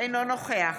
אינו נוכח